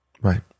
Right